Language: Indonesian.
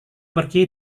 pergi